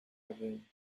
again